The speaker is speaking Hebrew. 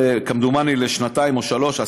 כמדומני לעוד שנתיים או שלוש שנים,